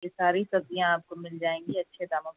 یہ ساری سبزیاں آپ کو مل جائیں گی اچھے داموں پہ